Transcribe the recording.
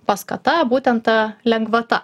paskata būtent ta lengvata